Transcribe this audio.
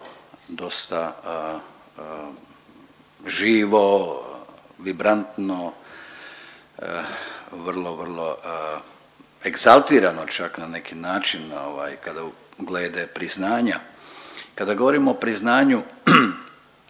dosta živo, vibrantno, vrlo , vrlo egzaltirano čak na neki način ovaj kada, glede priznanja. Kada govorimo o priznanju